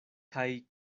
kaj